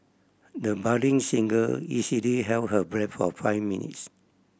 the budding singer easily held her breath for five minutes